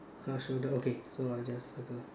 her shoulder okay so I just circle